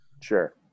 Sure